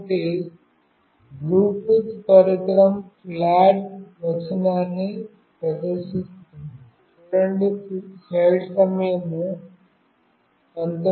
కాబట్టి బ్లూటూత్ పరికరం ఫ్లాట్ వచనాన్ని ప్రదర్శిస్తుంది